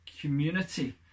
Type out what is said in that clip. community